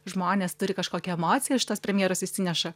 žmonės turi kažkokią emociją iš tos premjeros išsineša